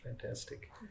fantastic